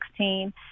2016